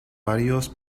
varios